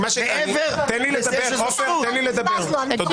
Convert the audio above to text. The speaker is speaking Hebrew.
עופר, קראתי אותך לסדר פעם ראשונה.